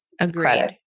Agreed